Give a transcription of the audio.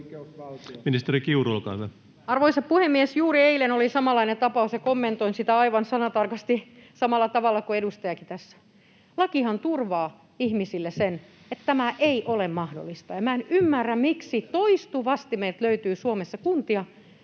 Arvoisa puhemies! Juuri eilen oli samanlainen tapaus, ja kommentoin sitä aivan sanatarkasti samalla tavalla kuin edustajakin tässä. Lakihan turvaa ihmisille sen, että tämä ei ole mahdollista, ja minä en ymmärrä, miksi toistuvasti meiltä löytyy Suomesta kuntia